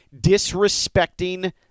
disrespecting